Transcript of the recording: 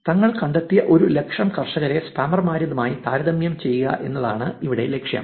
തങ്ങൾ കണ്ടെത്തിയ ഒരു ലക്ഷം ഫാർമേഴ്സിനെ സ്പാമർമാരുമായി താരതമ്യം ചെയ്യുക എന്നതാണ് ഇവിടെ ലക്ഷ്യം